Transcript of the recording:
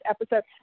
episode